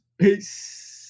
Peace